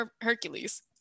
hercules